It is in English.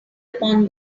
upon